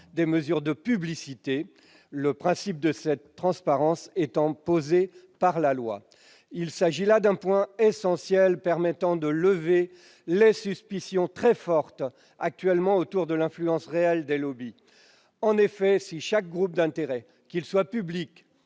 des mesures de publicité, le principe de cette transparence étant posé par la loi. Il s'agit là d'un point essentiel permettant de lever les suspicions, très fortes actuellement, autour de l'influence réelle des. En effet, si chaque groupe d'intérêts- public,